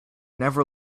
never